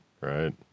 Right